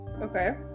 Okay